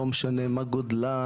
לא משנה מה גודלן,